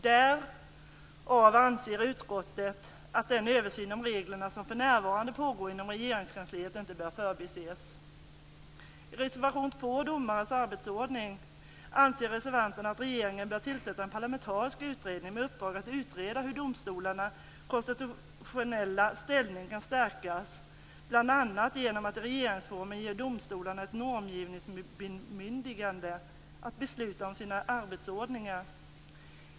Därav anser utskottet att den översyn av reglerna som för närvarande pågår inom Regeringskansliet inte bör förbises I reservation 2 Domares arbetsordning, anser reservanterna att regeringen bör tillsätta en parlamentarisk utredning med uppdrag att utreda hur domstolarnas konstitutionella ställning kan stärkas bl.a. genom att regeringsformen ger domstolarna ett normgivningsbemyndigande att besluta om sina arbetsordningar.